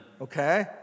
Okay